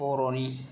बर'नि